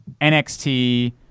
NXT